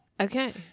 Okay